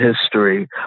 history